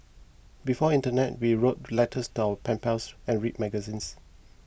before the internet we wrote letters to our pen pals and read magazines